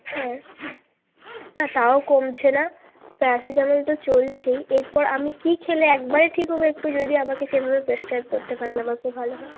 হ্যাঁ না তাও কমছে না প্যারাসিটামল তো চলছেই এরপর আমি কী খেলে একবারে ঠিক হবো একটু যদি আমাকে সেভাবে প্রেসক্রাইব করতে পারেন আমার খুব ভালো হয়